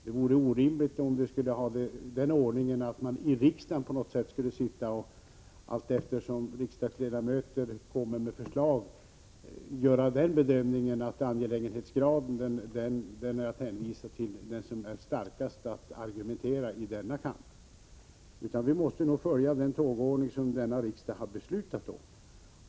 Det vore orimligt om vi hade den ordningen att man i riksdagen, allteftersom riksdagsledamöter lägger fram förslag, skulle bedöma olika ärendens angelägenhetsgrad efter styrkan i den argumentation som används här i kammaren. Vi måste följa den tågordning som riksdagen har beslutat om.